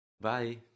bye